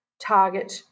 target